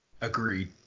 Agreed